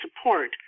support